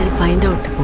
find out